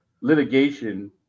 litigation